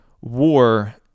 war—